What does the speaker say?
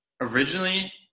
Originally